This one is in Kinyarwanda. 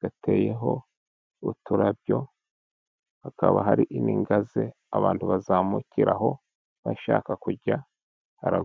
gateyeho uturabyo, hakaba hari n'ingaze abantu bazamukiraho bashaka kujya hara...